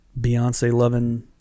Beyonce-loving